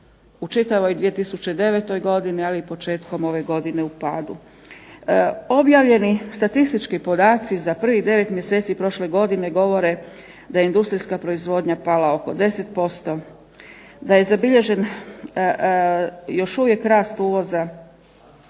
u čitavoj 2009. godini, ali i početkom ove godine u padu. Objavljeni statistički podaci za prvih 9 mjeseci prošle godine govore da je industrijska proizvodnja pala oko 10%, da je zabilježen još uvijek rast uvoza